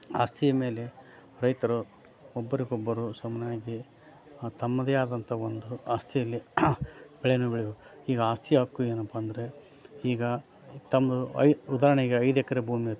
ಆಸ್ತಿಯ ಮೇಲೆ ರೈತರು ಒಬ್ಬರಿಗೊಬ್ಬರು ಸಮನಾಗಿ ತಮ್ಮದೇ ಆದಂಥ ಒಂದು ಆಸ್ತಿಯಲ್ಲಿ ಬೆಳೇನ ಬೆಳಿಬೇಕು ಈಗ ಆಸ್ತಿ ಹಕ್ಕು ಏನಪ್ಪಾ ಅಂದರೆ ಈಗ ತಮ್ಮದು ಐ ಉದಾಹರ್ಣೆ ಈಗ ಐದು ಎಕ್ರೆ ಭೂಮಿ ಇರುತ್ತೆ